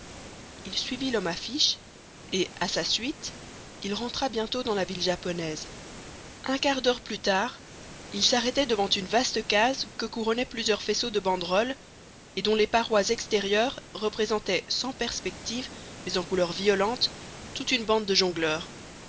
il suivit lhomme affiche et à sa suite il rentra bientôt dans la ville japonaise un quart d'heure plus tard il s'arrêtait devant une vaste case que couronnaient plusieurs faisceaux de banderoles et dont les parois extérieures représentaient sans perspective mais en couleurs violentes toute une bande de jongleurs